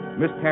Miss